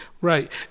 Right